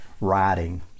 writing